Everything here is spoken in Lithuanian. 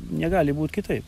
negali būt kitaip